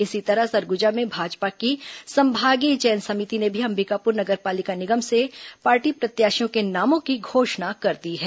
इसी तरह सरगुजा में भाजपा की संभागीय चयन समिति ने भी अंबिकापुर नगर पालिका निगम से पार्टी प्रत्याशियों के नामों की घोषणा कर दी है